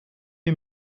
wie